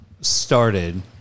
started